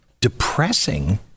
depressing